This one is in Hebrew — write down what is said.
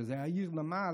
שזו הייתה עיר נמל,